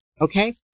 Okay